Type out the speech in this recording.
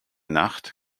nacht